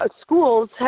Schools